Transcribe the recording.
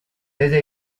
ella